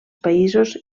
països